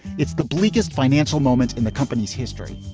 it's the bleakest financial moment in the company's history